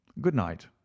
good-night